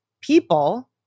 people